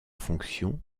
fonction